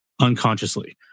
unconsciously